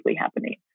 happening